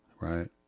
right